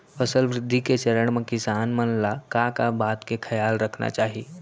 फसल वृद्धि के चरण म किसान मन ला का का बात के खयाल रखना चाही?